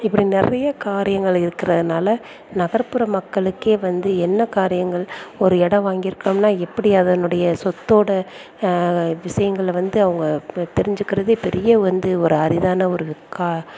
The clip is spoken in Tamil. இப்படி நிறையா காரியங்கள் இருக்கிறதுனால நகர்ப்புற மக்களுக்கே வந்து என்ன காரியங்கள் ஒரு இடம் வாங்கிருக்குறோம்னா எப்படி அதனுடைய சொத்தோட விஷயங்கள் வந்து அவங்க தெரிஞ்சிக்கிறதே பெரிய வந்து ஒரு அரிதான ஒரு கா